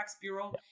bureau